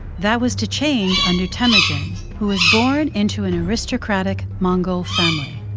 that was to change under temujin, who was born into an aristocratic mongol family.